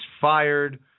fired